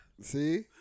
See